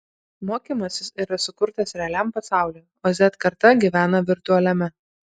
mokymasis yra sukurtas realiam pasauliui o z karta gyvena virtualiame